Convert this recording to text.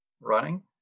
running